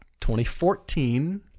2014